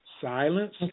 Silence